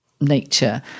nature